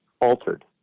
altered